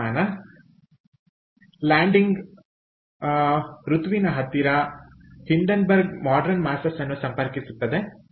ಉಲ್ಲೇಖಿತಸಮಯ 1700 landing ಉಲ್ಲೇಖಿತ ಸಮಯ 1701 ಋತುವಿನ ಹತ್ತಿರ ಹಿಂಡೆನ್ಬರ್ಗ್ ಮಾಡ್ರನ್ ಮಾಸ್ಟರ್ಸ್ ಅನ್ನು ಸಂಪರ್ಕಿಸುತ್ತದೆ ಉಲ್ಲೇಖಿತ ಸಮಯ 1704